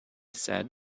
said